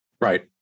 Right